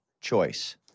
choice